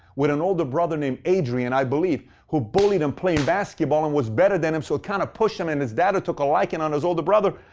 with an older brother named adrian, i believe, who bullied him playing basketball and was better than him, so it kind of pushed him and his dad took a liking on his older brother.